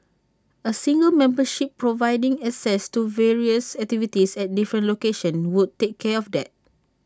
A single membership providing access to various activities at different locations would take care of that